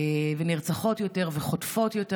ונרצחות יותר וחוטפות יותר,